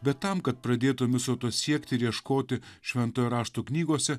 bet tam kad pradėtum viso to siekti ir ieškoti šventojo rašto knygose